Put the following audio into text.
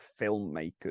filmmakers